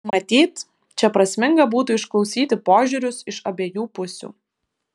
matyt čia prasminga būtų išklausyti požiūrius iš abiejų pusių